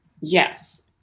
yes